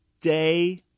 day